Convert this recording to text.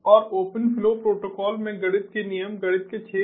और open flow protocol में गणित के नियम गणित के क्षेत्र